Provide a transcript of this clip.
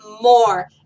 more